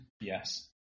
Yes